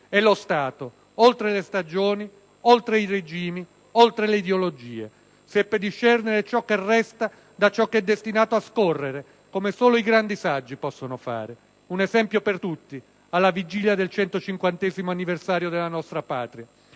e lo Stato oltre le stagioni, oltre i regimi, oltre le ideologie. Seppe discernere ciò che resta da ciò che è destinato a scorrere, come solo i grandi saggi sanno fare. Un esempio per tutti alla vigilia del centocinquantesimo anniversario della nostra Patria.